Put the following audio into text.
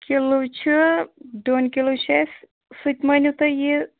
kilo چھُ ڈوٗنۍ کِلوٗ چھِ اَسہِ سُہ تہِ مٲنِو تُہۍ یہِ